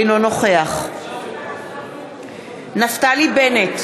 אינו נוכח נפתלי בנט,